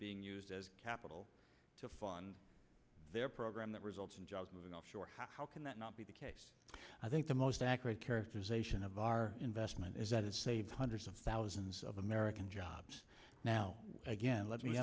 eing used as capital to fund their program that results in jobs moving offshore how can that not be the case i think the most accurate characterization of our investment is that to save hundreds of thousands of american jobs now again let me